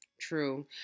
True